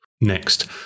Next